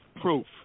proof